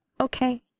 Okay